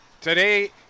today